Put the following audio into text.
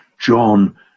John